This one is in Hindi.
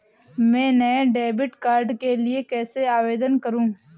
मैं नए डेबिट कार्ड के लिए कैसे आवेदन करूं?